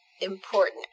important